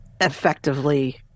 effectively